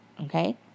Okay